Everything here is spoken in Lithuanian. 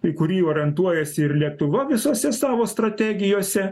į kurį orientuojasi ir lietuva visose savo strategijose